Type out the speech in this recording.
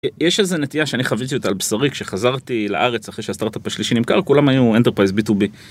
יש איזה נטייה שאני חוויתי אותה על בשרי כשחזרתי לארץ אחרי שהסטארטאפ השלישי נמכר כולם היו אנטרפרייז ביטובי.